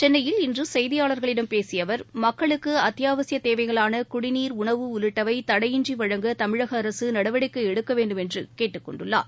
சென்னையில் இன்றுசெய்தியாளர்களிடம் பேசியஅவர் மக்களுக்குஅத்தியாவசியதேவைகளானகுடிநீர் உணவு உள்ளிட்டவைதடையின்றிவழங்க தமிழகஅரசுநடவடிக்கைஎடுக்கவேண்டும் என்றுகேட்டுக்கொண்டுள்ளார்